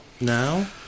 now